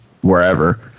wherever